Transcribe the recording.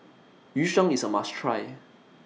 Yu Sheng IS A must Try